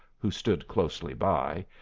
who stood closely by,